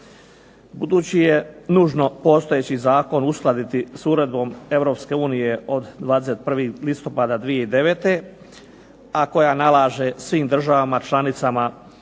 Budući je nužno postojeći zakon uskladiti s uredbom Europske unije od 21. listopada 2009. a koja nalaže svim državama članicama